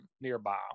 nearby